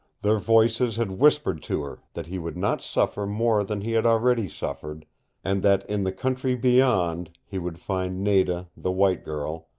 their voices had whispered to her that he would not suffer more than he had already suffered and that in the country beyond he would find nada the white girl,